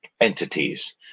entities